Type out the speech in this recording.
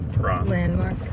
landmark